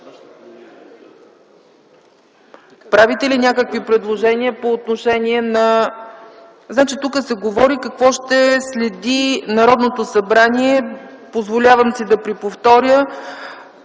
Правите ли някакви предложения по отношение на ... Тук се говори какво ще следи Народното събрание. Позволявам си да го преповторя: